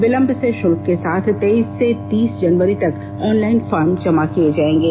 विलंब से भाुल्क के साथ तेइस से तीस जनवरी तक ऑनलाइन फॉर्म जमा किये जाएंगे